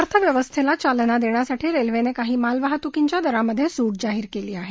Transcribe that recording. अर्थव्यवस्थेला चालना देण्यासाठी रेल्वेनं काही मालवाहतुकीच्या दरांमधे सूट जाहीर केली आहे